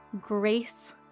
grace